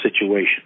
situation